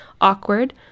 awkward